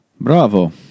bravo